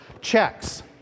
Checks